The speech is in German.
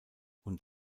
und